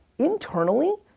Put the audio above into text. internally,